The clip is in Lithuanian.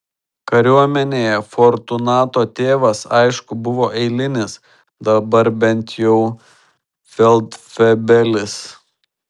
kariuomenėje fortunato tėvas aišku buvo eilinis dabar bent jau feldfebelis